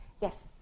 Yes